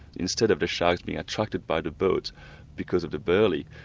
instead of the sharks being attracted by the boat because of the burley,